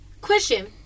Question